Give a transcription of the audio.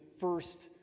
first